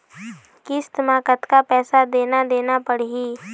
किस्त म कतका पैसा देना देना पड़ही?